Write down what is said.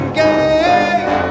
game